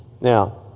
Now